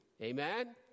Amen